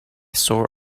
sore